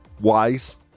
wise